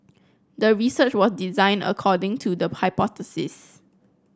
the research was designed according to the hypothesis